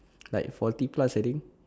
like forty plus already